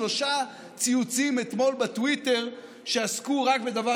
שלושה ציוצים אתמול בטוויטר שעסקו רק בדבר